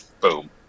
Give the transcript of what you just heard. boom